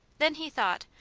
then, he thought,